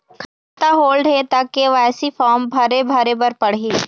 खाता होल्ड हे ता के.वाई.सी फार्म भरे भरे बर पड़ही?